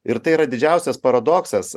ir tai yra didžiausias paradoksas